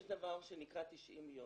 יש דבר שנקרא 90 יום.